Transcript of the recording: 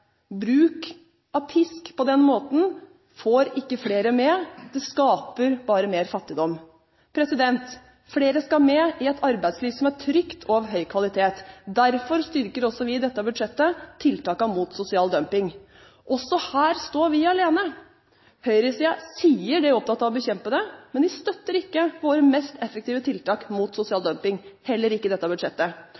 Bruk av pisk på den måten får ikke flere med, det skaper bare mer fattigdom. Flere skal med i et arbeidsliv som er trygt og av høy kvalitet. Derfor styrker vi også i dette budsjettet tiltakene mot sosial dumping. Også her står vi alene, høyresiden sier de er opptatt av å bekjempe det, men støtter ikke våre mest effektive tiltak mot sosial